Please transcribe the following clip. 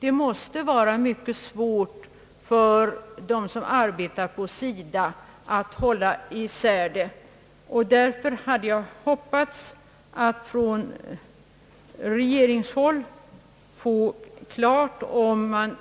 Det måste vara mycket svårt för dem som arbetar inom SIDA att hålla isär det hela, och därför hade jag hoppats att regeringen skulle ha givit klart besked om